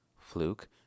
Fluke